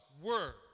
word